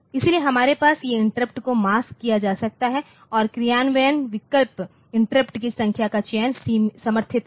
इसलिए हमारे पास ये इंटरप्टको मास्क किया जा सकता है और क्रियान्वयन विकल्प इंटरप्ट की संख्या का चयन समर्थित है